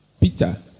Peter